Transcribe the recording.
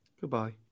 Goodbye